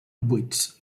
buits